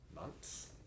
Months